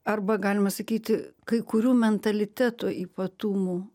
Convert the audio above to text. arba galima sakyti kai kurių mentaliteto ypatumų